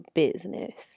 business